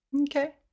Okay